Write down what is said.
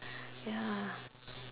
ya